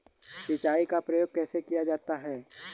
सिंचाई का प्रयोग कैसे किया जाता है?